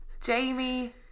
Jamie